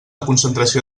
concentració